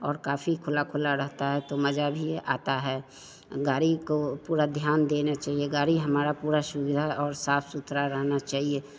और काफ़ी खुला खुला रहता है तो मज़ा भी आता है गाड़ी को पूरा ध्यान देना चाहिए गाड़ी हमारा पूरा सुविधा और साफ़ सुथरा रहना चाहिए